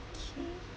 okay